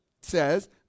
says